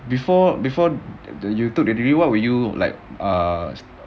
before before the you took the degree what were you like err